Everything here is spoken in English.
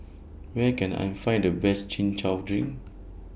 Where Can I Find The Best Chin Chow Drink